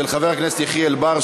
של חבר הכנסת יחיאל בר,